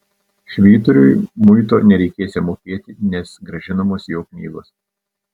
švyturiui muito nereikėsią mokėti nes grąžinamos jo knygos